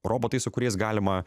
robotai su kuriais galima